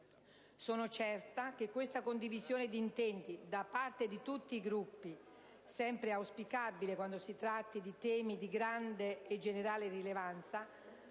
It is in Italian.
Sono certa che questa condivisione di intenti da parte di tutti i Gruppi, sempre auspicabile quando si tratti di temi di grande e generale rilevanza,